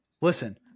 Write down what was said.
listen